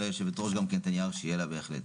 ליושבת-ראש גם כן את הנייר שיהיה לה בהחלט.